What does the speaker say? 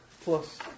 Plus